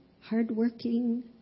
hardworking